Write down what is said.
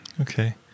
Okay